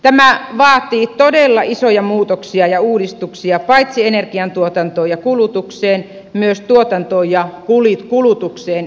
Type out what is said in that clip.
tämä vaatii todella isoja muutoksia ja uudistuksia paitsi energiantuotantoon ja kulutukseen myös tuotantoon ja kulutukseen ylipäätään